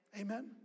Amen